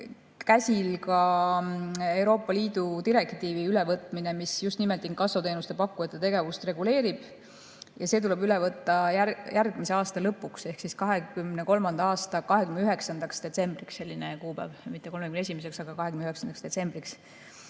käsil ka Euroopa Liidu direktiivi ülevõtmine, mis just nimelt inkassoteenuste pakkujate tegevust reguleerib. See tuleb üle võtta järgmise aasta lõpuks ehk 2023. aasta 29. detsembriks. Selline kuupäev. Mitte 31., vaid 29. detsembriks.